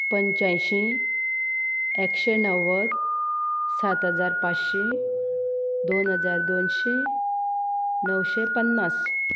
पंच्यांयशीं एकशें णव्वद सात हजार पांचशी दोन हजार दोनशीं णवशे पन्नास